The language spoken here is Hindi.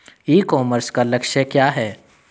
ई कॉमर्स का लक्ष्य क्या है?